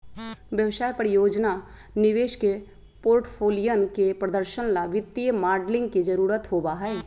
व्यवसाय, परियोजना, निवेश के पोर्टफोलियन के प्रदर्शन ला वित्तीय मॉडलिंग के जरुरत होबा हई